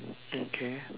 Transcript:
okay